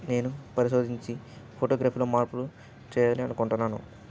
నేను పరిశోధించి ఫోటోగ్రఫీలో మార్పులు చేయాలి అనుకుంటున్నాను